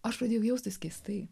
aš pradėjau jaustis keistai